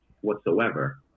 whatsoever